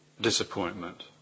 disappointment